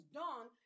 done